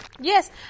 Yes